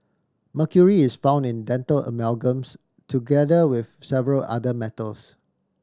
mercury is found in dental amalgams together with several other metals